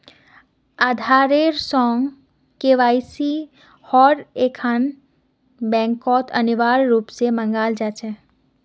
आधारेर संग केवाईसिक हर एकखन बैंकत अनिवार्य रूप स मांगाल जा छेक